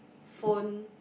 phone